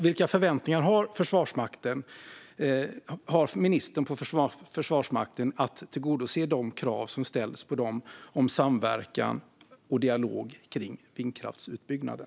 Vilka förväntningar har ministern på Försvarsmakten att tillgodose de krav som ställs på den om samverkan och dialog om vindkraftsutbyggnaden?